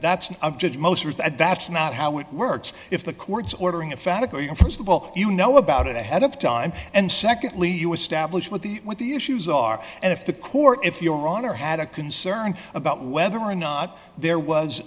that that's not how it works if the court's ordering a fabric or your st of all you know about it ahead of time and secondly you establish what the what the issues are and if the court if your honor had a concern about whether or not there was